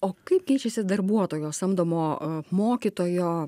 o kaip keičiasi darbuotojo samdomo mokytojo